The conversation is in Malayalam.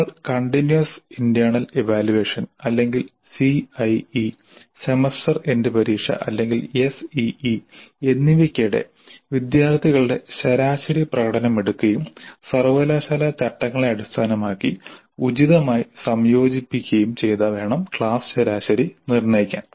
നമ്മൾ കണ്ടിന്യൂസ് ഇന്റെർണൽ ഇവാല്യുവേഷൻ അല്ലെങ്കിൽ സിഐഇ സെമസ്റ്റർ എൻഡ് പരീക്ഷ അല്ലെങ്കിൽ SEE എന്നിവയ്ക്കിടെ വിദ്യാർത്ഥികളുടെ ശരാശരി പ്രകടനം എടുക്കുകയും സർവകലാശാല ചട്ടങ്ങളെ അടിസ്ഥാനമാക്കി ഉചിതമായി സംയോജിപ്പിക്കുകയും ചെയ്ത് വേണം ക്ലാസ് ശരാശരി നിർണ്ണയിക്കാൻ